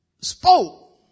spoke